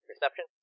perception